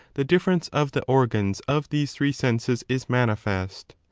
the difference of the organs of these three senses is manifest.